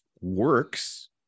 works